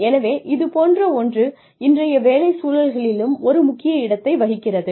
எனவே இதுபோன்ற ஒன்று இன்றைய வேலை சூழல்களிலும் ஒரு முக்கிய இடத்தை வகிக்கிறது